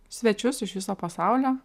svečius iš viso pasaulio